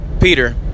Peter